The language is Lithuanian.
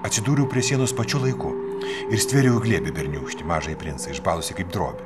atsidūriau prie sienos pačiu laiku ir stvėriau į glėbį berniūkštį mažąjį princą išbalusį kaip drobė